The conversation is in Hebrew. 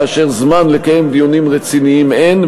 כאשר זמן לקיים דיונים רציניים אין,